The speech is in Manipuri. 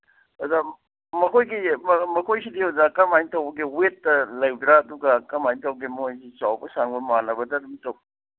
ꯑꯣꯖꯥ ꯃꯈꯣꯏꯒꯤ ꯃꯈꯣꯏꯁꯤꯗꯤ ꯑꯣꯖꯥ ꯀꯔꯝꯍꯥꯏꯅ ꯇꯧꯕꯒꯦ ꯋꯦꯠꯇ ꯂꯩꯕ꯭ꯔꯥ ꯑꯗꯨꯒ ꯀꯃꯥꯏꯅ ꯇꯧꯒꯦ ꯃꯣꯏꯒꯤ ꯆꯥꯎꯕ ꯁꯥꯡꯕ ꯃꯥꯅꯕꯗ ꯑꯗꯨꯝ ꯇꯧꯕ꯭ꯔ